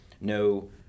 No